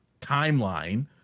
timeline